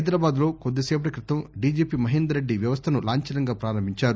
హైదరాబాద్ లో కొద్ది సేపటి క్రితం డిజిపి మహేందర్ రెడ్డి వ్యవస్లను లాంఛనంగా ప్రారంభించారు